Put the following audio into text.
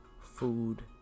food